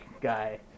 guy